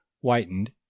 whitened